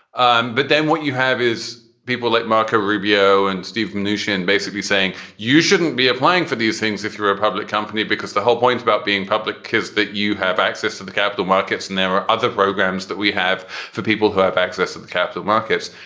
um but then what you have is people like marco rubio and steve nation basically saying you shouldn't be applying for these things if you're a public company, because the whole point about being public is that you have access to the capital markets. and there are other programs that we have for people who have access to the capital markets,